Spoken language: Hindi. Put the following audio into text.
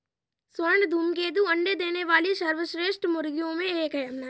स्वर्ण धूमकेतु अंडे देने वाली सर्वश्रेष्ठ मुर्गियों में एक है